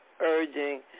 urging